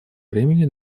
времени